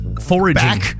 foraging